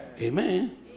Amen